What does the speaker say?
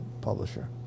publisher